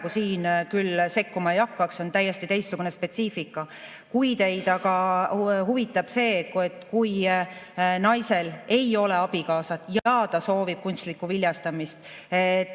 siin küll sekkuma ei hakkaks, see on täiesti teistsugune spetsiifika. Kui teid aga huvitab see, et kui naisel ei ole abikaasat ja ta soovib kunstlikku viljastamist,